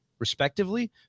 respectively